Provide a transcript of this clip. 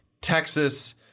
Texas